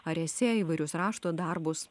ar esė įvairius rašto darbus